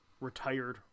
retired